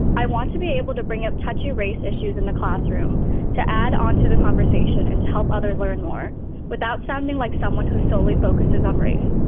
i want to be able to bring up touchy race issues in the classroom to add onto the conversation and to help others learn more without sounding like someone who solely focuses on um race.